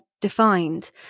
defined